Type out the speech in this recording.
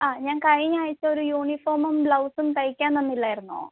ആ ഞാൻ കഴിഞ്ഞ ആഴ്ച ഒരു യൂണിഫോമും ബ്ലൗസും തയ്ക്കാൻ തന്നില്ലായിരുന്നോ